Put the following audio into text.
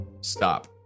stop